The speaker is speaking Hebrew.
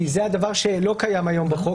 כי זה הדבר שלא קיים היום בחוק,